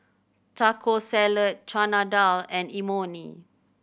Taco Salad Chana Dal and Imoni